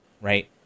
right